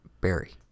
Barry